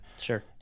Sure